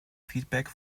feedback